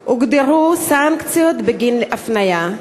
לא הוגדרו סנקציות בגין אפליה.